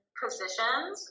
positions